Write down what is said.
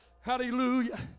Hallelujah